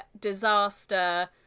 disaster